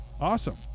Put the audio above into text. Awesome